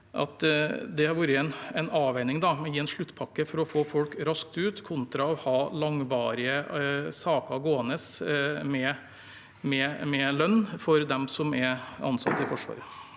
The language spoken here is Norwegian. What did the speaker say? det har vært en avveining mellom å gi sluttpakke for å få folk raskt ut kontra å ha langvarige saker gående, med lønn, for dem som er ansatt i Forsvaret.